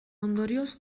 ondorioz